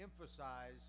emphasize